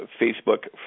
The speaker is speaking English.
Facebook